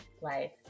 life